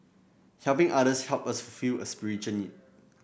helping others help us fulfil a spiritual need